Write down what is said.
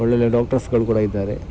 ಒಳ್ಳೊಳ್ಳೆ ಡಾಕ್ಟರ್ಸ್ಗಳು ಕೂಡ ಇದ್ದಾರೆ